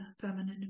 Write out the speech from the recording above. feminine